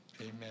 Amen